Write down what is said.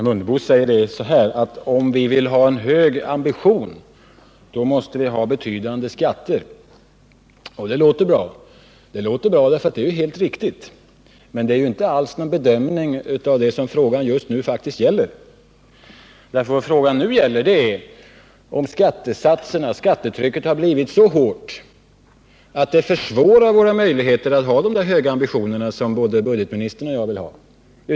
Herr talman! Herr Mundebo säger att om vi vill ha en hög ambition, då måste vi ha betydande skatter. Det låter bra, och det är helt riktigt. Men uttalandet innebär inte alls någon bedömning av det som frågan faktiskt just nu gäller, nämligen att skattetrycket har blivit så hårt att det försvårar våra möjligheter att ha de höga ambitioner som både budgetoch ekonomiministern och jag vill ha.